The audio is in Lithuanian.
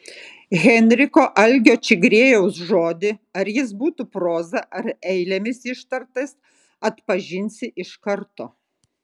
henriko algio čigriejaus žodį ar jis būtų proza ar eilėmis ištartas atpažinsi iš karto